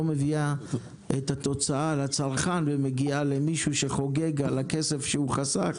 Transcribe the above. מביאה את התוצאה לצרכן ומגיעה למישהו שחוגג על הכסף שהוא חסך,